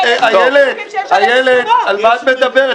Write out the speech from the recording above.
--- איילת, על מה את מדברת?